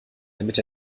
damit